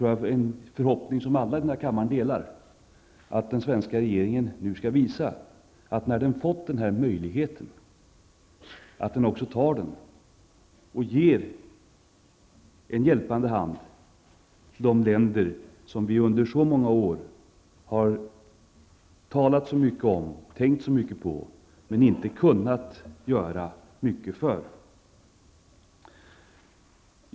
Jag tror att alla i denna kammare delar förhoppningen om att den svenska regeringen nu skall visa att den, nu när den har fått denna möjlighet, också skall begagna sig av den och ge en hjälpande hand till de länder som vi under så många år har talat så mycket om, tänkt så mycket på, men inte kunnat göra mycket för.